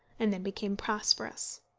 and then became prosperous.